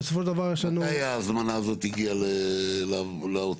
מתי ההזמנה הזאת הגיעה לאוצר?